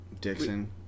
Dixon